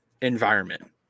environment